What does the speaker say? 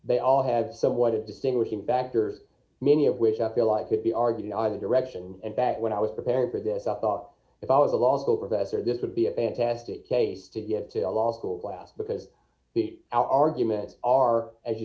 they all have somewhat of distinguishing factor many of which i feel i could be argued in either direction and back when i was preparing for this i thought if i was a law school professor this would be a fantastic case to get to the law school class because our arguments are as you